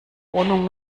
wohnung